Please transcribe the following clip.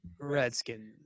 Redskins